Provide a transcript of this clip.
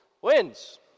wins